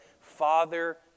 father